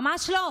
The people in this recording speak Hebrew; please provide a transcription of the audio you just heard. ממש לא,